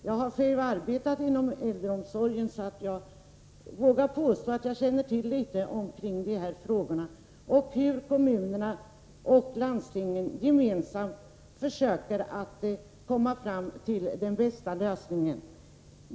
Jag har själv arbetat inom äldreomsorgen, så jag vågar påstå att jag känner till frågeställningarna litet, och hur kommunerna och landstingen gemensamt försöker komma fram till de bästa lösningarna.